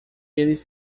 eles